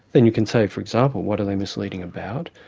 then you can say for example what are they misleading about?